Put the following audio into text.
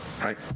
right